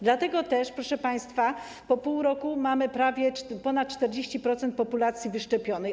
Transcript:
Dlatego też, proszę państwa, po pół roku mamy ponad 40% populacji wyszczepionej.